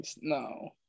No